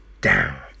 down